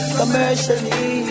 commercially